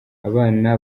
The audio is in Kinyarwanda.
abana